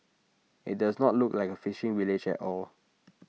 IT does not look like A fishing village at all